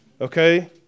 okay